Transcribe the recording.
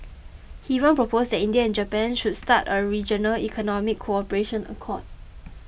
he even proposed that India and Japan should start a regional economic cooperation accord